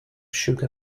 sugar